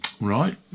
Right